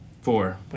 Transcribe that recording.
Four